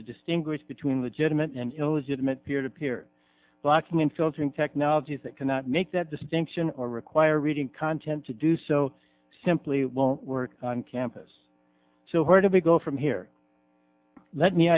to distinguish between legitimate and illegitimate peer to peer blackmon filtering technologies that cannot make that distinction or require reading content to do so simply won't work on campus so hard to be go from here let me